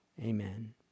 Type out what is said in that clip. Amen